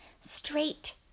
straight